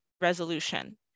resolution